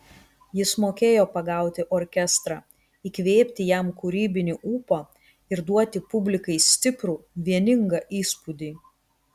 jis mokėjo pagauti orkestrą įkvėpti jam kūrybinį ūpą ir duoti publikai stiprų vieningą įspūdį